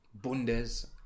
bundes